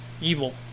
Evil